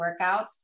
workouts